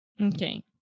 Okay